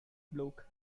bloke